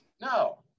No